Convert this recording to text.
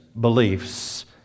beliefs